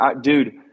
Dude